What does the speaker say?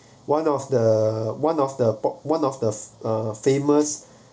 one of the one of the one of the uh famous